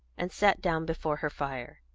and sat down before her fire.